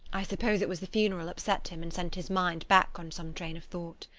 i suppose it was the funeral upset him and sent his mind back on some train of thought.